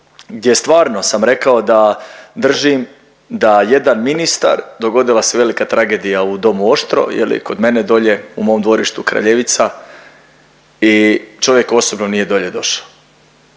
gdje stvarno sam rekao da držim da jedan ministar, dogodila se velika tragedija u Domu Oštro kod mene dolje u mom dvorištu Kraljevica i čovjek osobno nije dolje došao.